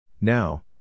now